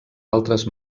altres